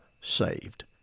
saved